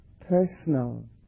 personal